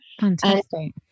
Fantastic